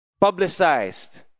publicized